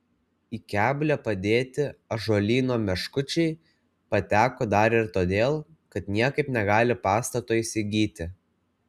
į keblią padėtį ąžuolyno meškučiai pateko dar ir todėl kad niekaip negali pastato įsigyti